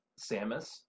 Samus